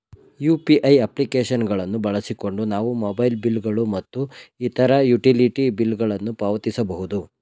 UPI application ಗಳನ್ನು ಬಳಸಿಕೊಂಡು ನಾವು ಮೊಬೈಲ್ ಬಿಲ್ ಗಳು ಮತ್ತು ಇತರ ಯುಟಿಲಿಟಿ ಬಿಲ್ ಗಳನ್ನು ಪಾವತಿಸಬಹುದು